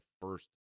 first